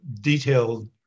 detailed